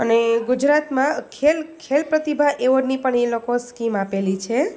અને ગુજરાતમાં ખેલ ખેલ પ્રતિભા એવાર્ડની પણ એ લોકો સ્કીમ આપેલી છે